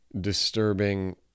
disturbing